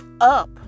up